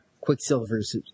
Quicksilver's